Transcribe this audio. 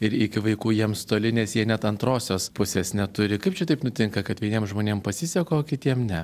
ir iki vaikų jiems toli nes jie net antrosios pusės neturi kaip čia taip nutinka kad vieniem žmonėm pasiseka o kitiem ne